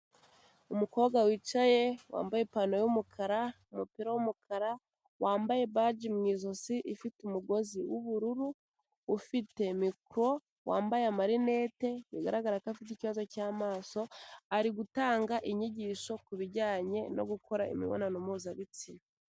Umukobwa wicaye wambaye ipayntaro y'umukara n'umupira w'umukara, wambaye baji mu ijosi ifite umugozi w'ubururu, ufite mikoro, wambaye amarinete. Bigaragara ko afite ikibazo cy'amaso arigutanga inyigisho ku bijyanye no gukora imibonano mpuzabitsina.